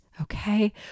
Okay